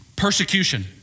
persecution